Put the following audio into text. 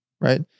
right